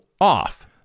off